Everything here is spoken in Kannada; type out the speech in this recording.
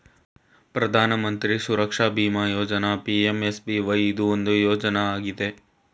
ಪ್ರಧಾನ ಮಂತ್ರಿ ಸುರಕ್ಷಾ ಬಿಮಾ ಯೋಜ್ನ ಪಿ.ಎಂ.ಎಸ್.ಬಿ.ವೈ ಇದು ಒಂದು ಯೋಜ್ನ ಆಗಿದೆ